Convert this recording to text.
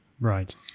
right